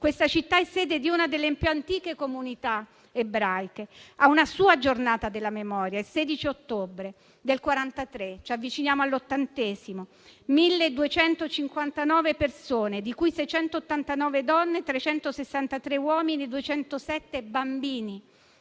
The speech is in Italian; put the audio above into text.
Questa città è sede di una delle più antiche comunità ebraiche. Ha una sua giornata della memoria, il 16 ottobre del 1943, e ci avviciniamo all'ottantesimo anniversario: 1.259 persone, di cui 689 donne, 363 uomini e 207 bambine